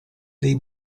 dei